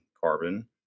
carbon